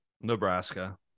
Nebraska